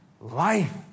life